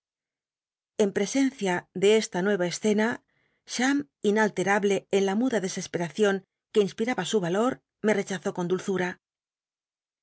en presencia ele esta nueva escena cham inalterable en la muria dcscsperacion qnc inspimba su l'alot me rechazó con dulzua